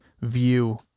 view